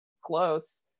close